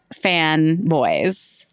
fanboys